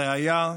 הרעיה,